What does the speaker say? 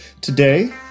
Today